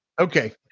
Okay